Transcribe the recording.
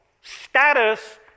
Status